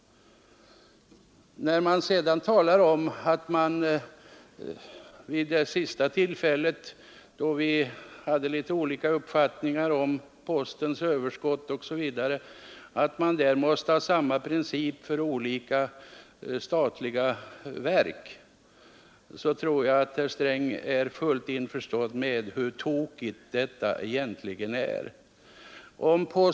Vid det senaste tillfälle då vi diskuterade detta hade vi litet olika uppfattningar om behandlingen av postens överskott. Det framhölls bl.a. att samma princip borde vara tillämplig för olika statliga verk. Jag tror dock att herr Sträng är fullt införstådd med att detta är ett helt felaktigt resonemang.